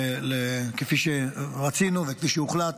כפי שרצינו וכפי שהוחלט,